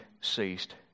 ceased